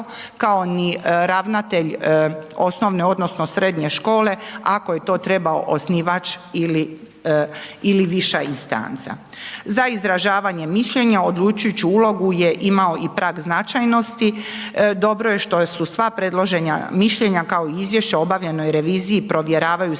kao ni ravnatelj osnovne, odnosno, srednje, škole ako je to trebao osnivač ili više istanca. Za izražavanje mišljenja odlučujući ulogu je imao i prag značajnosti, dobro je što su sva predložena mišljenja, kao i izvješća o obavljanoj reviziji provjeravaju se